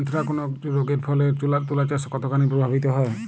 Anthracnose রোগ এর ফলে তুলাচাষ কতখানি প্রভাবিত হয়?